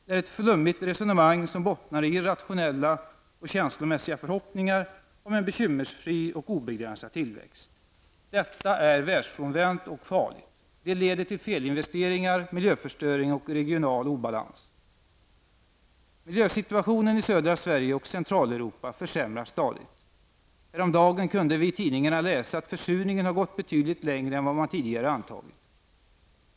Det är ett flummigt resonemang som bottnar i irrationella och känslomässiga förhoppningar om en bekymmersfri och obegränsad tillväxt. Detta är världsfrånvänt och farligt. Det leder till felinvesteringar, miljöförstöring och regional obalans. Europa försämras stadigt. Häromdagen kunde vi i tidningarna läsa att försurningen har gått betydligt längre än vad som tidigare antagits.